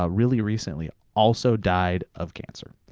ah really recently, also died of cancer.